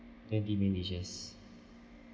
twenty main dishes